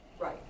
Right